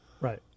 Right